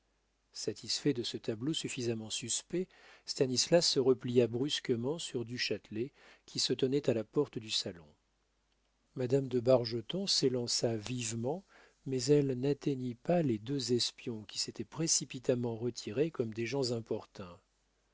satisfait de ce tableau suffisamment suspect stanislas se replia brusquement sur du châtelet qui se tenait à la porte du salon madame de bargeton s'élança vivement mais elle n'atteignit pas les deux espions qui s'étaient précipitamment retirés comme des gens importuns